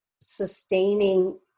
sustaining